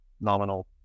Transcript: nominal